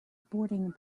boarding